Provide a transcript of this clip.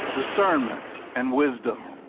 discernment, and wisdom.